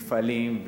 מפעלים,